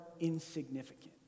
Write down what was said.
insignificant